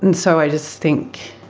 and so i just think.